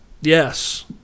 Yes